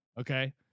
okay